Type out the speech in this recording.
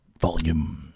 volume